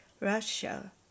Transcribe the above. Russia